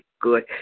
good